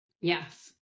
Yes